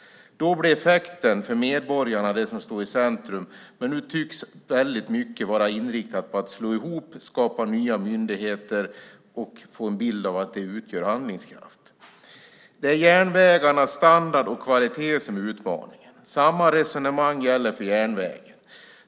Då blir effekten för medborgarna det som står i centrum. Men nu tycks väldigt mycket vara inriktat på att slå ihop, skapa nya myndigheter och ge en bild av att det är tecken på handlingskraft. Det är vägarnas standard och kvalitet som är utmaningen. Samma resonemang gäller för järnvägen.